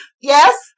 Yes